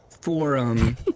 forum